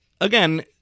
again